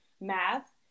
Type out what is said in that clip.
math